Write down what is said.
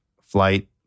flight